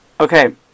Okay